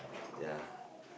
ya